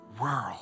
world